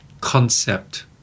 concept